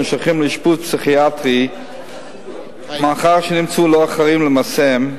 נשלחים לאשפוז פסיכיאטרי מאחר שנמצאו לא אחראים למעשיהם,